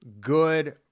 good